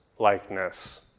Likeness